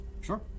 Sure